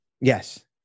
Yes